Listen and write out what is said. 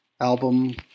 album